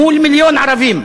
מול מיליון ערבים.